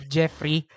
Jeffrey